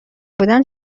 بودن